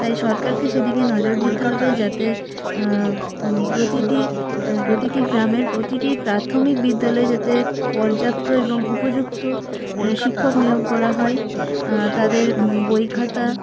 তাই সরকারকে সেদিকে নজর দিতে হবে যাতে প্রতিটি প্রতিটি গ্রামের প্রতিটি প্রাথমিক বিদ্যালয়ে যাতে পর্যাপ্ত এবং উপযুক্ত শিক্ষক নিয়োগ করা হয় তাদের বই খাতা